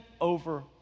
over